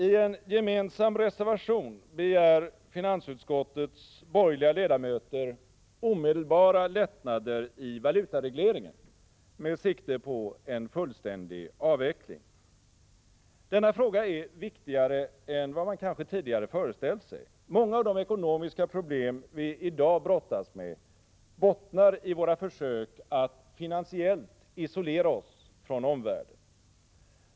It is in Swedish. I en gemensam reservation begär finansutskottets borgerliga ledamöter omedelbara lättnader i valutaregleringen med sikte på en fullständig avveckling. Denna fråga är viktigare än vad man kanske tidigare föreställt sig. Många av de ekonomiska problem vi i dag brottas med bottnar i våra försök att finansiellt isolera oss från omvärlden.